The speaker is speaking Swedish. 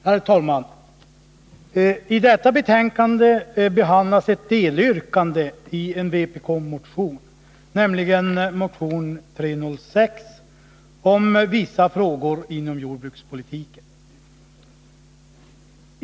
Herr talman! I det föreliggande betänkandet behandlas ett delyrkande i en vpk-motion, 1979/80:306, om vissa frågor inom jordbrukspolitiken.